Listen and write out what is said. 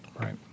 Right